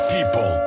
People